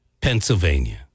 Pennsylvania